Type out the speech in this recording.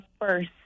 first